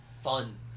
fun